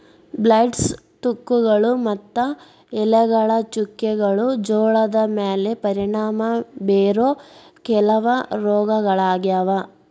blights, ತುಕ್ಕುಗಳು ಮತ್ತು ಎಲೆಗಳ ಚುಕ್ಕೆಗಳು ಜೋಳದ ಮ್ಯಾಲೆ ಪರಿಣಾಮ ಬೇರೋ ಕೆಲವ ರೋಗಗಳಾಗ್ಯಾವ